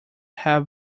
have